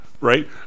right